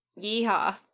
Yeehaw